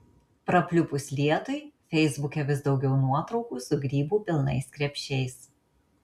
prapliupus lietui feisbuke vis daugiau nuotraukų su grybų pilnais krepšiais